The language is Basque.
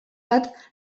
bat